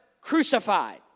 crucified